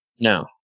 No